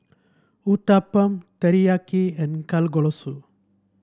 Uthapam Teriyaki and Kalguksu